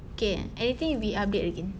okay anything we update again